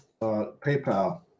PayPal